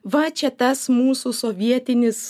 va čia tas mūsų sovietinis